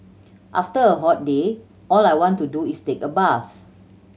after a hot day all I want to do is take a bath